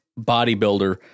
bodybuilder